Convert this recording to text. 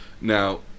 Now